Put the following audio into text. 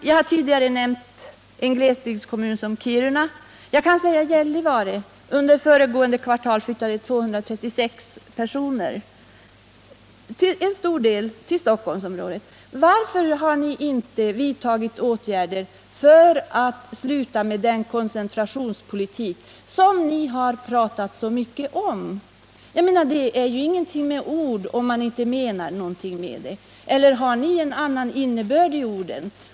Jag har tidigare nämnt en glesbygdskommun som Kiruna, och under föregående kvartal flyttade 236 personer från Gällivare, till stor del till Stockholmsområdet. Varför har ni inte vidtagit åtgärder för att sluta med den koncentrationspolitik som ni har pratat så mycket om? Man måste mena någonting med sina ord — eller lägger ni en annan innebörd i orden?